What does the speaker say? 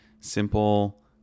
simple